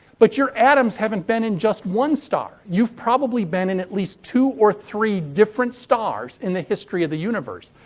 but, your atoms haven't been in just one star. you've probably been in at least two or three different stars in the history of the universe.